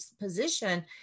position